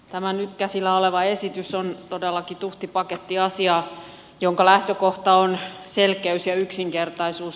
tämä nyt käsillä oleva esitys on todellakin tuhti paketti asiaa jonka lähtökohta on selkeys ja yksinkertaisuus